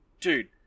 dude